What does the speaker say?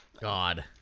God